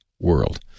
world